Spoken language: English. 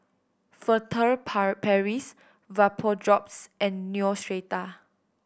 Furtere Paris Vapodrops and Neostrata